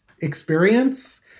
experience